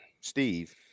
Steve